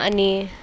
आनी